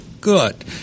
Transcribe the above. Good